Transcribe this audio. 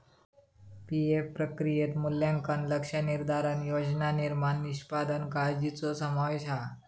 PF प्रक्रियेत मूल्यांकन, लक्ष्य निर्धारण, योजना निर्माण, निष्पादन काळ्जीचो समावेश हा